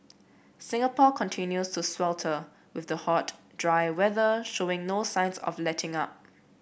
Singapore continues to swelter with the hot dry weather showing no signs of letting up